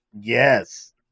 Yes